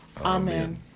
amen